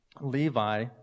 Levi